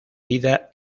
vida